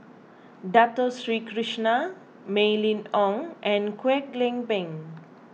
Dato Sri Krishna Mylene Ong and Kwek Leng Beng